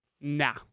Nah